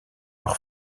leur